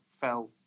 fell